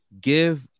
Give